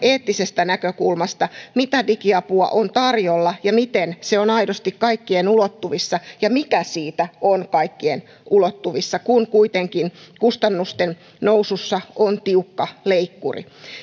myös eettisestä näkökulmasta mitä digiapua on tarjolla miten se on aidosti kaikkien ulottuvissa ja mitä siitä on kaikkien ulottuvissa kun kuitenkin kustannusten nousussa on tiukka leikkuri